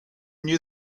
knew